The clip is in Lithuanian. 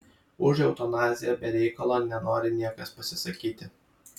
už eutanaziją be reikalo nenori niekas pasisakyti